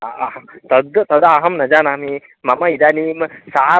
आह् तद् तदहं न जानामि मम इदानीं सार्धम्